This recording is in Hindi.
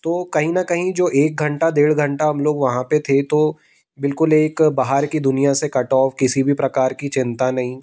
तो कहीं न कहीं जो एक घंटा डेढ़ घंटा हम लोग वहाँ पे थे तो बिलकुल एक बाहर की दुनिया से कट ऑफ किसी भी प्रकार की चिंता नहीं